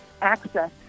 access